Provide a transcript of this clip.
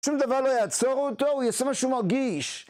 שום דבר לא יעצור אותו, הוא יעשה מה שהוא מרגיש.